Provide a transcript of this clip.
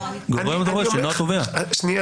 בנגררת אני